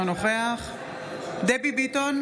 אינו נוכח דבי ביטון,